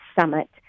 Summit